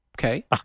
Okay